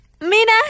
Mina